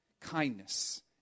kindness